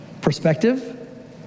Perspective